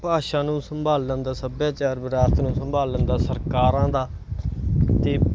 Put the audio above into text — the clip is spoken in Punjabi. ਭਾਸ਼ਾ ਨੂੰ ਸੰਭਾਲਣ ਦਾ ਸੱਭਿਆਚਾਰ ਵਿਰਾਸਤ ਨੂੰ ਸੰਭਾਲਣ ਦਾ ਸਰਕਾਰਾਂ ਦਾ ਅਤੇ